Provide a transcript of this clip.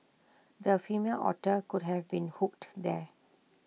the female otter could have been hooked there